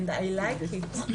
I like it,